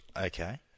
Okay